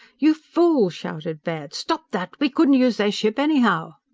you fool! shouted baird. stop that! we couldn't use their ship, anyhow!